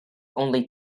only